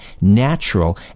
natural